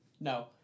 No